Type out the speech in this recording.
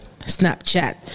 Snapchat